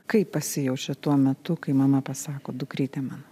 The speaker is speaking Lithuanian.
kaip pasijaučiat tuo metu kai mama pasako dukrytė mano